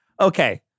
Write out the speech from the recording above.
okay